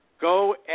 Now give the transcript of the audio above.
Go